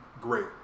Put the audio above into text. Great